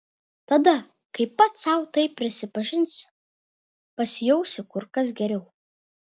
tada kai pats sau tai prisipažinsi pasijausi kur kas geriau